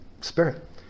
spirit